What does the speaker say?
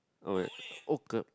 oh well